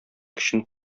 көчен